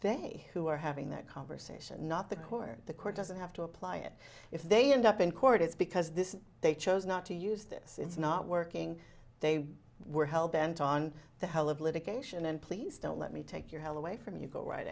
they who are having that conversation not the court the court doesn't have to apply it if they end up in court it's because this they chose not to use this it's not working they were hell bent on the hell of litigation and please don't let me take your hell away from you go right